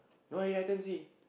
no eh I can't see